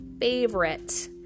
favorite